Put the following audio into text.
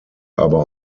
aber